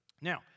Now